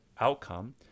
outcome